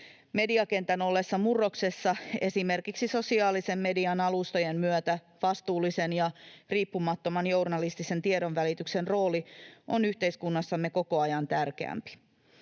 Mediakentän ollessa murroksessa esimerkiksi sosiaalisen median alustojen myötä vastuullisen ja riippumattoman journalistisen tiedonvälityksen rooli on yhteiskunnassamme koko ajan tärkeämpi.